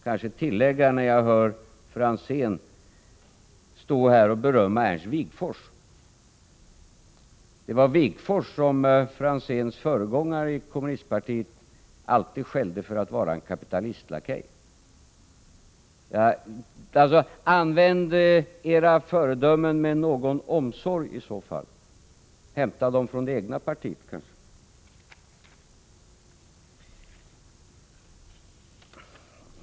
Kanske får jag också tillägga, eftersom jag hörde Tommy Franzén berömma Ernst Wigforss, att det var Wigforss som Tommy Franzéns föregångare i kommunistpartiet alltid skällde för att vara en kapitalistisk lakej. Om ni skall använda honom som ett föredöme, gör det i så fall med omsorg — eller hämta föredömena från det egna partiet.